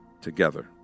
together